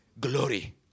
glory